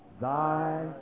Thy